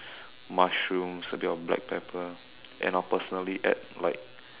mushrooms a bit of black pepper and I'll personally add like